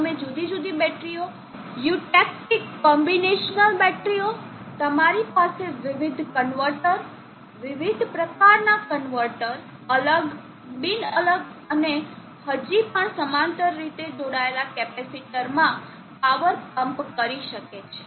તમે જુદી જુદી બેટરીઓ યુટેક્ટીક કોમ્બિનેશનલ બેટરીઓ તમારી પાસે વિવિધ કન્વર્ટર વિવિધ પ્રકારનાં કન્વર્ટર અલગ બિન અલગ અને હજી પણ સમાંતર રીતે જોડાયેલ કેપેસિટરમાં પાવર પંપ કરી શકે છે